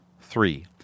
Three